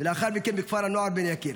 ולאחר מכן בכפר הנוער בן יקיר,